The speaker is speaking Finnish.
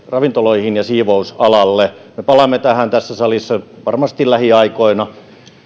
ravintoloihin ja siivousalalle me palaamme tähän tässä salissa varmasti lähiaikoina